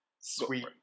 Sweet